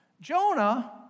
Jonah